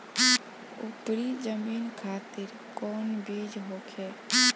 उपरी जमीन खातिर कौन बीज होखे?